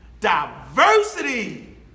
diversity